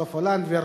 סופה לנדבר.